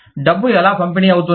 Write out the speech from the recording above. డబ్బు ఎలా పంపిణీ అవుతుంది